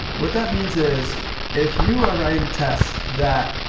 what that means is if you are writing tests that